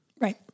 Right